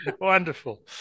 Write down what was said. Wonderful